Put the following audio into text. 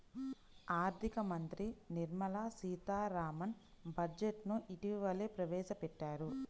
ఆర్ధిక మంత్రి నిర్మలా సీతారామన్ బడ్జెట్ ను ఇటీవలనే ప్రవేశపెట్టారు